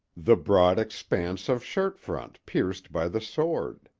the broad expanse of shirt front pierced by the sword.